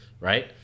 right